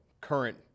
current